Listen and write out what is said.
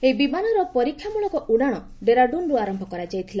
ଏହି ବିମାନର ପରୀକ୍ଷାମୂଳକ ଉଡ଼ାଣ ଡେରାଡୁନ୍ରୁ ଆରମ୍ଭ କରାଯାଇଥିଲା